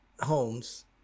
homes